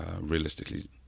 realistically